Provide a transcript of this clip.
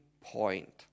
point